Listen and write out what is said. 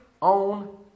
on